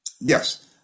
Yes